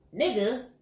nigga